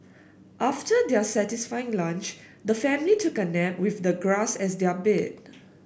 after their satisfying lunch the family took a nap with the grass as their bed